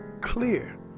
clear